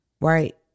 Right